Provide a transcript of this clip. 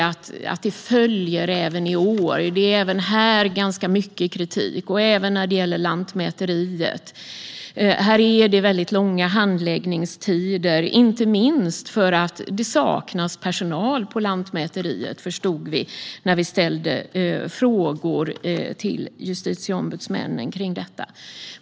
Det finns mycket kritik på detta område och vad gäller Lantmäteriet. Handläggningstiderna inom Lantmäteriet är väldigt långa, inte minst för att det saknas personal. Det här förstod vi när vi ställde frågor till justitieombudsmännen om detta.